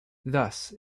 thus